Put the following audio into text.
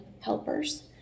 helpers